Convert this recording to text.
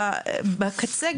בקצה,